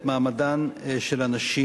את מעמדן של הנשים,